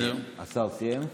השר סיים?